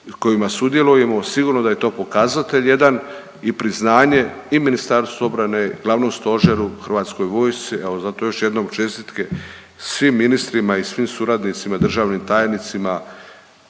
kojima sudjelujemo sigurno da je to pokazatelj jedan i priznanje i Ministarstvu obrane, Glavnom stožeru, Hrvatskoj vojsci. Evo zato još jednom čestitke svim ministrima i svim suradnicima, državnim tajnicima,